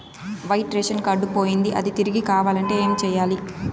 white ration card పోయింది అది తిరిగి కావాలంటే ఏం సేయాలి